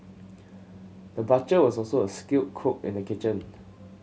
the butcher was also a skilled cook in the kitchen